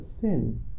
sin